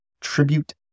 tribute